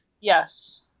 Yes